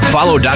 Follow